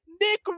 Nick